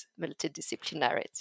multidisciplinarity